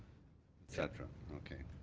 et cetera? okay.